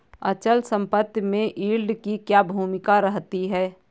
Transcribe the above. अचल संपत्ति में यील्ड की क्या भूमिका रहती है?